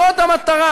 זאת המטרה